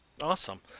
Awesome